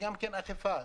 באכיפה,